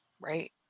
Right